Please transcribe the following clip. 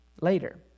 later